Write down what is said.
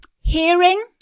hearing